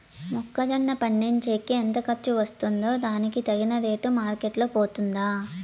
మొక్క జొన్న పండించేకి ఎంత ఖర్చు వస్తుందో దానికి తగిన రేటు మార్కెట్ లో పోతుందా?